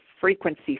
frequency